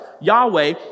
Yahweh